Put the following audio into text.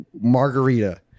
Margarita